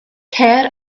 cer